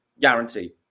guarantee